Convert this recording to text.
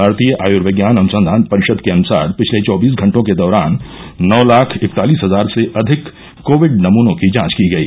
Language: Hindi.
भारतीय आयुर्विज्ञान अनुसंधान परिषद के अनुसार पिछले चौबीस घंटों के दौरान नौ लाख इकतालिस हजार से अधिक कोविड नमूनों की जांच की गई